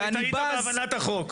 אתה טעית בהבנת החוק.